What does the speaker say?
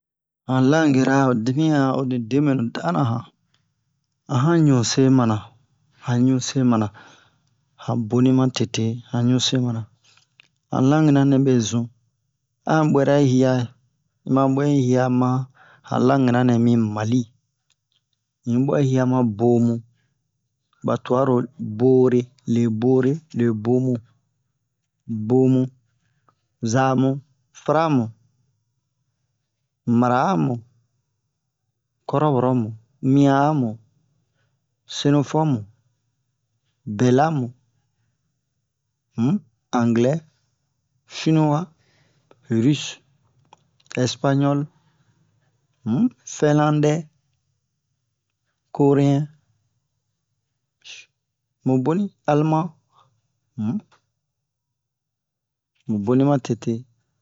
Han langera ho dimiyɛn honi deɓenu dana han a han ɲuse mana han ɲuse mana han boni matete han ɲuse mana han langera nɛ mɛ zun an ɓwɛra in hiya in ma ɓwɛ ma han langera nɛ mi Mali un yi ɓwɛ un hya ma Bomu ɓa tuwaro Bore le Boré le Bomu Bomu Zamu Faramu Mara'amu Kɔrɔbɔrɔmu miya'amu Senufɔmu Bɛlamu um Angilɛ Shiniwa Ruse Ɛspaɲɔli um Fɛnlandɛ Koreyɛn mu boni Aleman um mu boni matete